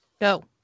Go